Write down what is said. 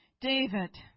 David